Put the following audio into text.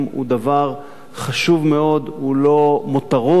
הוא דבר חשוב מאוד, הוא לא מותרות.